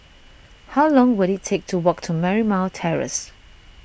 how long will it take to walk to Marymount Terrace